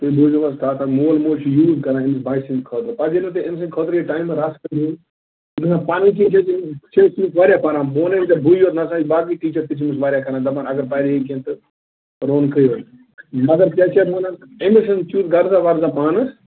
تُہۍ بوٗزِو حظ کَتھ اَکھ مول موج چھُ یوٗت کران أمِس بچہٕ سٕنٛدِ خٲطرٕ پتہٕ ییٚلہِ نہٕ أمۍ سٕنٛدِ خٲطرٕ ٹایمہِ رژھ تہِ نیروٕ پنٕنۍ کِنۍ چھِ أمِس چھِ امِس أسۍ واریاہ پران بہٕ وَنے بےٕ یوٚت نسا باقٕے ٹیٖچر تہِ چھِ أمِس واریاہ کران دپان اگر پرِہے کیٚنٛہہ تہٕ رونقے ٲس مگر کیٛاہ چھِ اَتھ ونان أمۍ سُنٛد چھُ نہٕ تٮُ۪تھ غرضا ورضا پانس